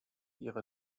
ihre